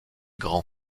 grand